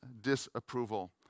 disapproval